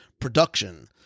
production